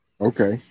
Okay